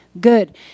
good